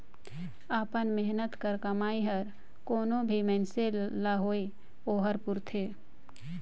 अपन मेहनत कर कमई हर कोनो भी मइनसे ल होए ओहर पूरथे